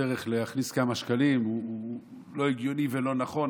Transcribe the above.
דרך להכניס כמה שקלים הוא לא הגיוני ולא נכון.